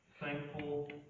thankful